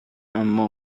اما